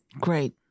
Great